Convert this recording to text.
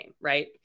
right